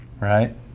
Right